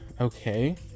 Okay